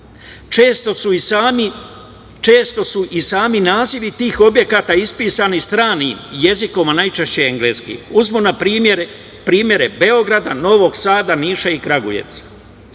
često su i sami nazivi tih objekata ispisani stranim jezikom, a najčešće engleskim. Uzmimo na primere Beograda, Novog Sada, Niša i Kragujevca.